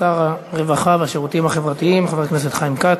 שר הרווחה והשירותים החברתיים חבר הכנסת חיים כץ.